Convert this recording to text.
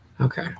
okay